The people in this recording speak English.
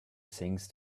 things